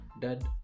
dad